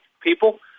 people